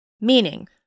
Meaning